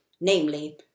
namely